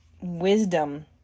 wisdom